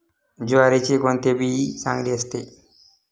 ज्वारीचे कोणते बी चांगले असते?